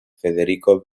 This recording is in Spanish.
federico